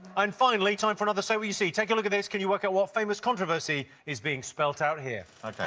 and finally, time for another say what you see. take a look at this, can you work out what famous controversy is being spelled out here? ok.